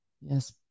Yes